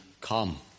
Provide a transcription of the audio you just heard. come